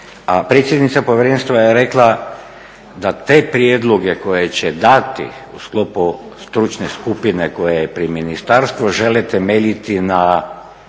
predsjednica Povjerenstva je rekla da te prijedloge koje će dati u sklopu stručne skupine koja je pri ministarstvu, želi temeljiti na